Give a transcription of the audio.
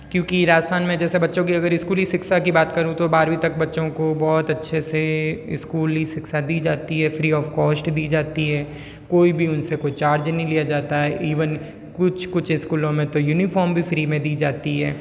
क्योंकि राजस्थान में जैसे बच्चों की अगर स्कूली शिक्षा की बात करूँ तो बारवीं तक बच्चों को बहुत अच्छे से स्कूली शिक्षा दी जाती है फ़्री ऑफ़ कॉश्ट दी जाती है कोई भी उनसे कोई चार्ज नहीं लिया जाता है ईवन कुछ कुछ स्कूलों में तो यूनिफ़ॉर्म भी फ़्री में दी जाती है